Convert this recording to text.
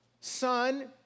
son